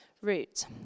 route